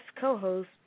co-host